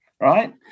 right